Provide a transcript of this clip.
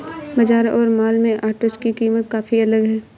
बाजार और मॉल में ओट्स की कीमत काफी अलग है